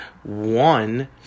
One